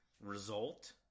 result